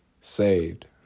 saved